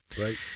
Right